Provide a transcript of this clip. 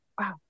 Wow